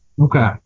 Okay